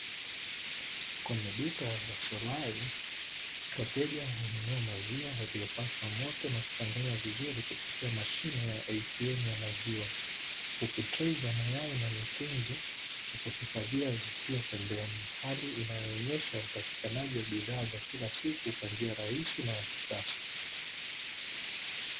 Kwenye duka la Solai, wateja hununua maziwa yaliyopashwa moto na kuchanganya vizuri kupitia mashine ya ATM ya maziwa, huku trei za mayai na mitungi ya kuhifadhia zikiwa pembeni, hali inayoonyesha upatikanaji wa bidhaa za kila siku kwa njia rahisi na ya kisasa.